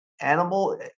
animal